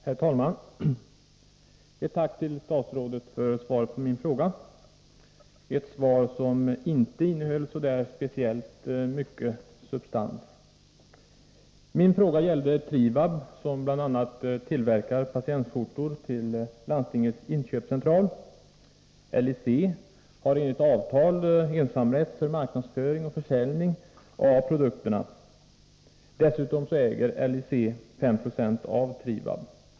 Herr talman! Jag vill framföra ett tack till statsrådet för svaret på min fråga, ett svar som inte innehöll speciellt mycket av substans. Min fråga gällde Trivab, som bl.a. tillverkar patientskjortor till Landstingens inköpscentral. LIC har enligt avtal ensamrätt till marknadsföring och försäljning av produkterna. Dessutom äger LIC 5 96 av Trivab.